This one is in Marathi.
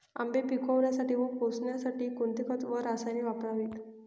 आंबे पिकवण्यासाठी व पोसण्यासाठी कोणते खत व रसायने वापरावीत?